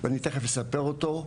אני תיכף אספר אותו,